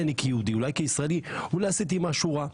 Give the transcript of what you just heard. אני כיהודי או כישראלי עשיתי משהו רע.